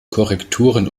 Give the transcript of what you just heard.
korrekturen